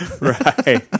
Right